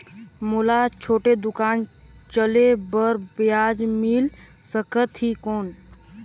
मोला छोटे दुकान चले बर ब्याज मिल सकत ही कौन?